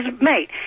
mate